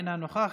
אינה נוכחת.